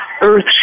earth